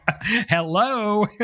Hello